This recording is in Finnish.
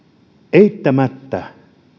eittämättä